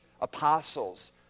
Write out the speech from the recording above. apostles